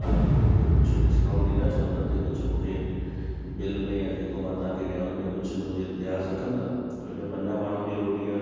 तव्हांखे मूंखे कुझु डिस्काउंट ॾींदा छा हुन ते कुझु मूंखे बिल में या जेको मां तव्हांखे ॾियां हुनमें कुझु मुंहिंजे लिहाज़ रखंदो छोजो पंजाहु माण्हुनि जी रोटी आहे